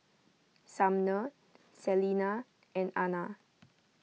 Sumner Celina and Anna